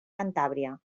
cantàbria